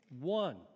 One